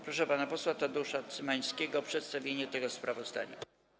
Proszę pana posła Tadeusza Cymańskiego o przedstawienie tego sprawozdania.